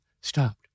stopped